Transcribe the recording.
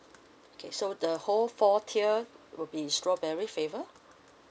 okay so the whole four tier will be strawberry flavour